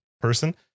person